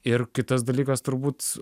ir kitas dalykas turbūt